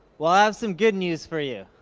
well, i have some good news for you,